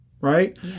Right